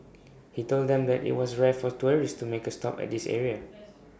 he told them that IT was rare for tourists to make A stop at this area